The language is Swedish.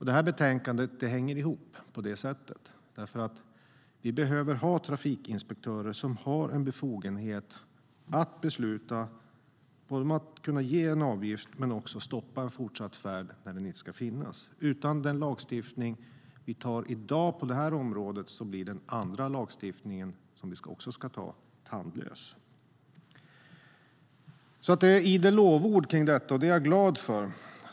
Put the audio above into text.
De här betänkandena hänger ihop, för vi behöver ha trafikinspektörer som har befogenhet att inte bara besluta om en avgift utan också stoppa fortsatt färd när det behövs. Utan den lagstiftning vi antar på det här området i dag blir den andra lagstiftningen, som vi också ska anta i dag, tandlös. Det är alltså idel lovord om detta, och det är jag glad för.